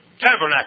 tabernacle